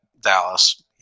Dallas